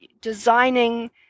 designing